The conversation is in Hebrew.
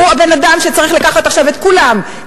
הוא הבן-אדם שצריך לקחת עכשיו את כולם,